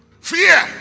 Fear